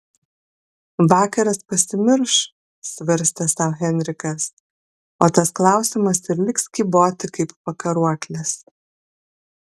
vakaras pasimirš svarstė sau henrikas o tas klausimas ir liks kyboti kaip pakaruoklis